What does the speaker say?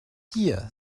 hier